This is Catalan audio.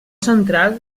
central